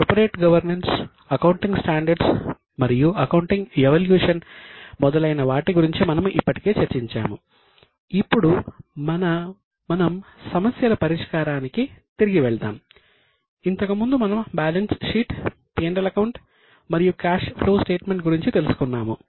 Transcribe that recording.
corporate governance గురించి తెలుసుకున్నాము